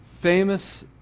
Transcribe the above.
famous